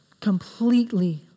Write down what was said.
completely